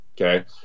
okay